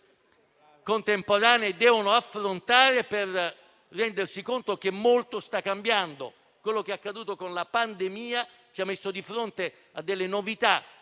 contemporanee devono affrontare per rendersi conto che molto sta cambiando. Quanto accaduto con la pandemia ci ha messo di fronte a delle novità